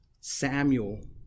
Samuel